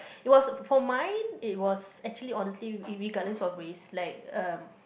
it was for mine it was actually honestly irregardless of race like uh